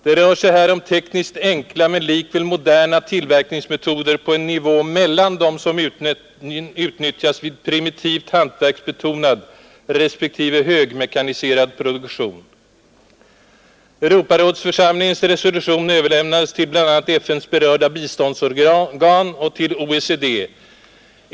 Det rör sig här om tekniskt enkla men likväl moderna tillverkningsmetoder på en nivå mellan dem som utnyttjas vid primitivt hantverksbetonad respektive högmekaniserad produktion. Europarådsförsamlingens resolutioner överlämnades till bl.a. FN:s berörda biståndsorgan och till OECD.